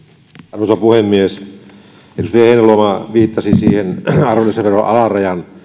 arvoisa puhemies edustaja heinäluoma viittasi siihen arvonlisäveron alarajan